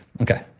Okay